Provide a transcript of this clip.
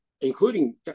including